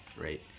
Right